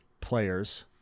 players